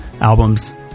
albums